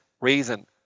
reason